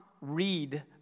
read